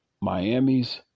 Miami's